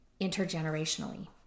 intergenerationally